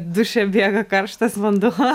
duše bėga karštas vanduo